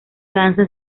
danza